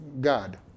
God